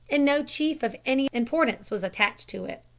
and no chief of any importance was attached to it.